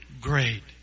Great